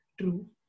True